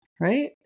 Right